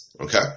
Okay